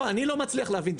לא, אני לא מצליח להבין.